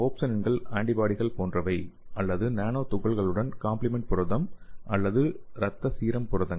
ஓப்சோனின்கள் ஆன்டிபாடிகள் போன்றவை அல்லது நானோ துகள்களுடன் காம்ப்லிமெண்ட் புரதம் அல்லது இரத்த சீரம் புரதங்கள்